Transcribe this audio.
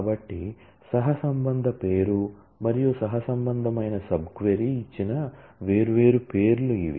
కాబట్టి సహసంబంధ పేరు మరియు సహసంబంధమైన సబ్ క్వరీ ఇచ్చిన వేర్వేరు పేర్లు ఇవి